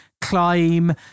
climb